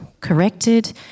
corrected